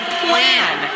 plan